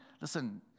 listen